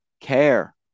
care